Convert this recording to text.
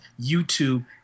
YouTube